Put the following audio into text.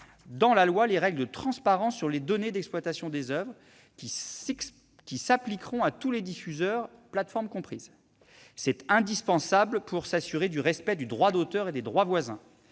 dans la loi les règles de transparence sur les données d'exploitation des oeuvres qui s'appliqueront à tous les diffuseurs, plateformes comprises. C'est indispensable pour s'assurer du respect du droit d'auteur et des droits voisins.